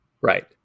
right